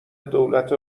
دولت